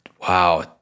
wow